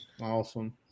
Awesome